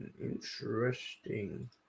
Interesting